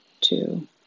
two